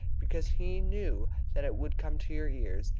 because he knew that it would come to your ears,